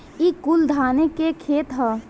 ई कुल धाने के खेत ह